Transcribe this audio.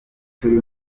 turi